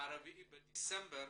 4 בדצמבר,